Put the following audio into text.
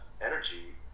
energy